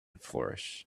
flourish